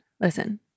listen